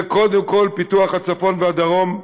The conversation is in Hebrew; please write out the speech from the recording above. זה קודם כול פיתוח הצפון והדרום,